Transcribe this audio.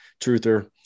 truther